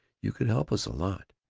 you could help us a lot